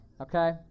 okay